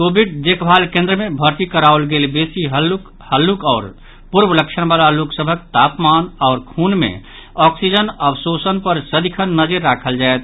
Covid देखभाल केंद्र मे भर्ती कराओल गेल बेसी हल्लुक हल्लुक आओर पूर्व लक्षण वाला लोक सभक तापमान आओर खून मे ऑक्सीजन अवशोषण पर सदिखन नजरि राखल जायत